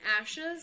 ashes